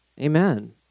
Amen